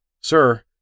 Sir